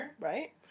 Right